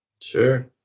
Sure